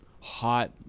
hot